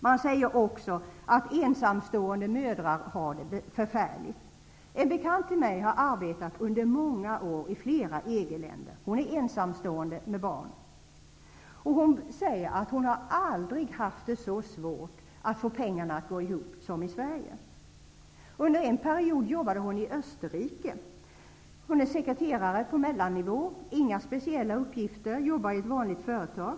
Det sägs också att ensamstående mödrar har det förfärligt inom EG. En bekant till mig har under många år arbetat i flera EG-länder. Hon är ensamstående med barn. Hon säger att hon aldrig har haft så svårt att få pengarna att räcka till som i Sverige. Under en period jobbade hon i Österrike. Hon är sekreterare på mellannivå, har inga speciella uppgifter utan jobbar i ett vanligt företag.